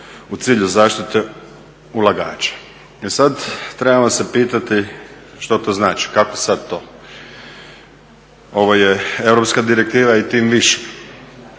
u cilju zaštite ulagača. E sad, trebamo se pitati što to znači, kako sad to. Ovo je Europska direktiva i tim više.